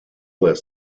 less